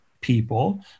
people